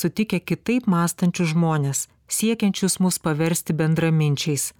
sutikę kitaip mąstančius žmones siekiančius mus paversti bendraminčiais